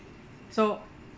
so